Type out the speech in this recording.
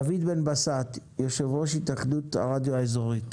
דוד בן בסט, יושב-ראש התאחדות הרדיו האזורי.